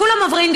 כולם עוברים,